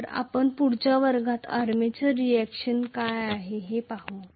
तर आपण पुढच्या वर्गात आर्मेचर रिएक्शन काय आहे ते पाहू